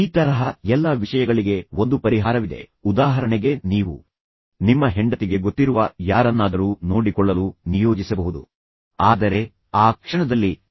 ಈ ತರಹ ಎಲ್ಲಾ ವಿಷಯಗಳಿಗೆ ಒಂದು ಪರಿಹಾರವಿದೆ ಉದಾಹರಣೆಗೆ ನೀವು ನಿಮ್ಮ ಹೆಂಡತಿಗೆ ಗೊತ್ತಿರುವ ಯಾರನ್ನಾದರೂ ನೋಡಿಕೊಳ್ಳಲು ನಿಯೋಜಿಸಬಹುದು ನಿಮ್ಮ ನೀವು ಹಾರಾಟಕ್ಕೆ ಸಂಬಂಧಿಸಿದಂತೆ ವೇಗವಾಗಿ ಹೋಗುವುದರ ಮೂಲಕ ಏನನ್ನಾದರೂ ನಿರ್ವಹಿಸಬಹುದು